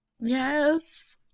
Yes